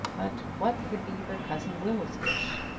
but what would be her cousin will's wish?